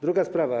Druga sprawa.